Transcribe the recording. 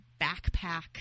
backpack